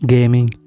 Gaming